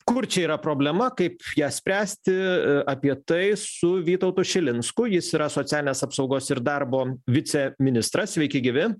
kur čia yra problema kaip ją spręsti apie tai su vytautu šilinsku jis yra socialinės apsaugos ir darbo viceministras sveiki gyvi